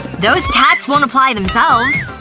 those tats won't apply themselves.